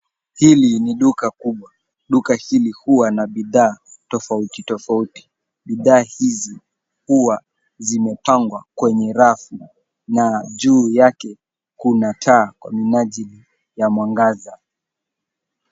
Hili ni duka kubwa. Duka hili huwa na bidhaa tofauti tofauti. Bidhaa hizi huwa zimepangwa kwenye rafu na juu yake kuna taa kwaminajili ya mwangaza.